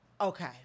Okay